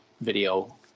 video